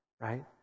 Right